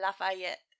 Lafayette